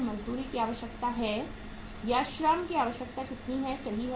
मजदूरी की आवश्यकता है या श्रम की आवश्यकता कितनी है सही है